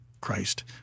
Christ